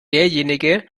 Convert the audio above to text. derjenige